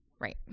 right